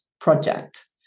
project